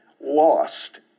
lost